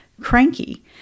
cranky